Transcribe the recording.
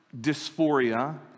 dysphoria